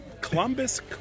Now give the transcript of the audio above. Columbus